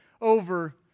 over